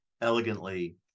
elegantly